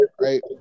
right